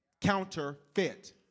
Counterfeit